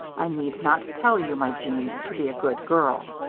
i need not tell you, my jeanne, to be a good girl.